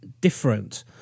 different